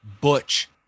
Butch